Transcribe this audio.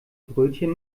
brötchen